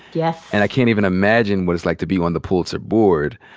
yeah and i can't even imagine what it's like to be on the pulitzer board.